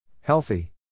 Healthy